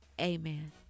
Amen